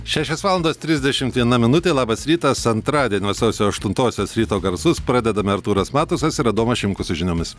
šešios valandos trisdešimt viena minutė labas rytas antradienio sausio aštuntosios ryto garsus pradedame artūras matusas ir adomas šimkus su žiniomis